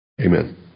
Amen